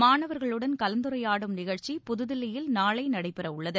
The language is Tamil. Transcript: மாணவர்களுடன் கலந்துரையாடும் நிகழ்ச்சி புதுதில்லியில் நாளை நடைபெற உள்ளது